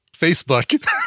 Facebook